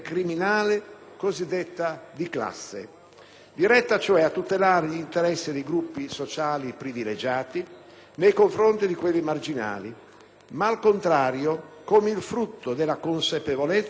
diretta cioè a tutelare gli interessi dei gruppi sociali privilegiati nei confronti di quelli marginali, ma al contrario come il frutto della consapevolezza che sono i cittadini più poveri e deboli,